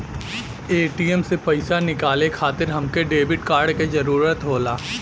ATM से पइसा निकाले खातिर हमके डेबिट कार्ड क जरूरत होला